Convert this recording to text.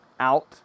out